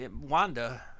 Wanda